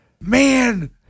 Man